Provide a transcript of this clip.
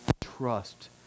trust